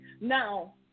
Now